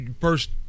first